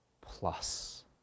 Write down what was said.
plus